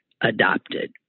adopted